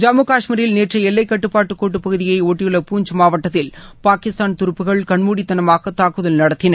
ஜம்மு காஷ்மீரில் நேற்று எல்லைக்கட்டுப்பாட்டு கோட்டு பகுதியை ஒட்டியுள்ள பூஞ்ச் மாவட்டத்தில் பாகிஸ்தான் துருப்புகள் கண்மூடித்தனமாக தாக்குதல் நடத்தின